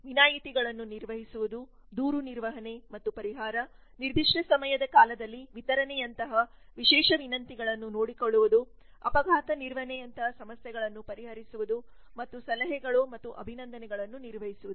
ವಿನಾಯಿತಿಗಳನ್ನು ನಿರ್ವಹಿಸುವುದು ದೂರು ನಿರ್ವಹಣೆ ಮತ್ತು ಪರಿಹಾರ ನಿರ್ದಿಷ್ಟ ಸಮಯದ ಕಾಲದಲ್ಲಿ ವಿತರಣೆಯಂತಹ ವಿಶೇಷ ವಿನಂತಿಗಳನ್ನು ನೋಡಿಕೊಳ್ಳುವುದು ಅಪಘಾತ ನಿರ್ವಹಣೆಯಂತಹ ಸಮಸ್ಯೆಗಳನ್ನು ಪರಿಹರಿಸುವುದು ಮತ್ತು ಸಲಹೆಗಳು ಮತ್ತು ಅಭಿನಂದನೆಗಳನ್ನು ನಿರ್ವಹಿಸುವುದು